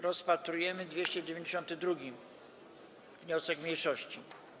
Rozpatrujemy 292. wniosek mniejszości.